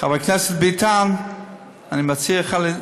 חבר הכנסת ביטן, אני מציע לך,